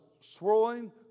swirling